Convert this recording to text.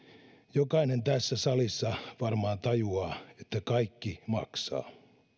jokainen tässä salissa varmaan tajuaa että kaikki maksaa